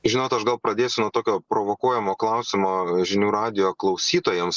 žinot aš gal pradėsiu nuo tokio provokuojamo klausimo žinių radijo klausytojams